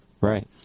Right